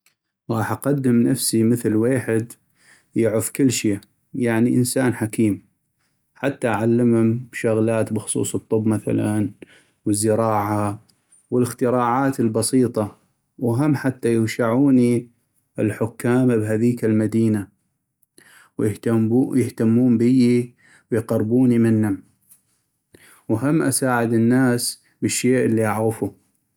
غاح أقدم نفسي مثل ويحد يعغف كلشي يعني انسان حكيم حتى اعلمم شغلات بخصوص الطب مثلاً والزراعة و الاختراعات البسيطة .وهم حتى يغشعوني الحكام بهذيك المدينة ويهتمون بي ويقربوني منم ، وهم اساعد الناس بالشي اللي اعغفو